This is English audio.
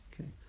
Okay